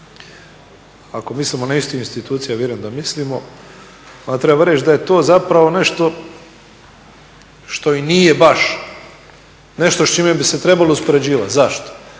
Ako mislimo na iste institucije, a vjerojatno mislimo onda treba reći da je to nešto što i nije baš nešto s čime bi se trebalo uspoređivati. Zašto?